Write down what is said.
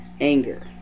anger